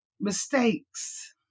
mistakes